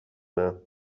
بهم